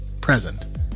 present